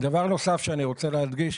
דבר נוסף שאני רוצה להדגיש,